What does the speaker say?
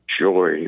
joy